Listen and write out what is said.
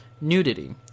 nudity